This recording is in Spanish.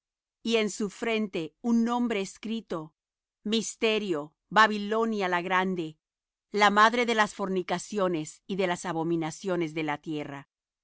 y en su frente un nombre escrito misterio babilonia la grande la madre de las fornicaciones y de las abominaciones de la tierra